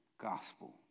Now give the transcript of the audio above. gospel